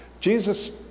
jesus